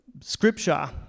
Scripture